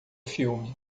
filme